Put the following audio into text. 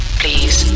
please